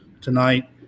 tonight